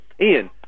Ian